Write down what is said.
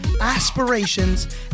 aspirations